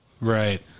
right